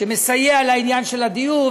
שמסייע לעניין של הדיור,